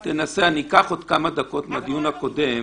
אקח עוד כמה דקות מהדיון הבא.